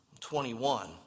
21